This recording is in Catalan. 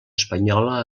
espanyola